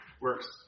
works